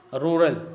rural